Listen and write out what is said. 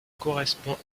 correspond